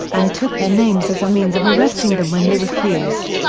and took their names as a means of arresting them when they refused.